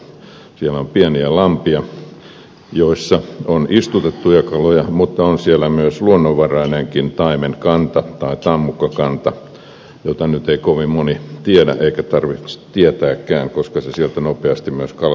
siellä on pieniä lampia joissa on istutettuja kaloja mutta on siellä myös luonnonvarainenkin taimenkanta tai tammukkakanta mitä nyt ei kovin moni tiedä eikä tarvitse tietääkään koska se sieltä nopeasti myös kalastettaisiin tyhjiin